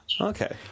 Okay